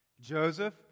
Joseph